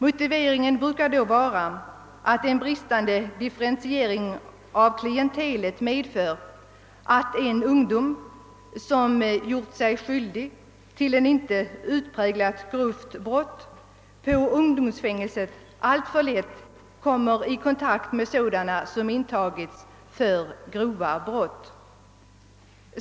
Motiveringen brukar då vara, att den bristande differentieringen av klientelet på ungdomsfängelserna medför, att unga, som gjort sig skyldiga till inte utpräglat grovt brott, på ungdomsfängelse alltför lätt kommer i kontakt med sådana som intagits för grova brott.